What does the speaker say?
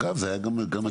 אגב זה היה גם בתחבורה.